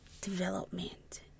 development